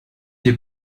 des